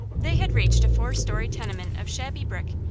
they had reached a four-story tenement of shabby brick,